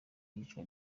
iyicwa